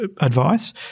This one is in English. advice